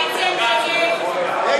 התשע"ו 2016,